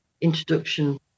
introduction